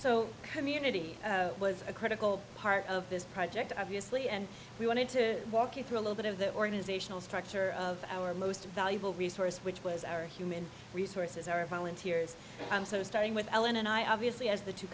so community was a critical part of this project obviously and we wanted to walk you through a little bit of the organizational structure of our most valuable resource which was our human resources our volunteers so starting with ellen and i obviously as the t